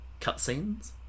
cutscenes